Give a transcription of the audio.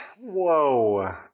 whoa